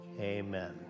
amen